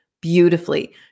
beautifully